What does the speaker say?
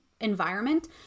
environment